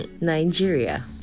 Nigeria